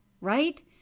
right